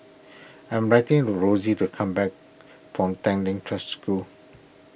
I am writing for Rossie to come back from Tanglin Trust School